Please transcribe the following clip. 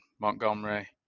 Montgomery